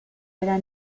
era